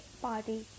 party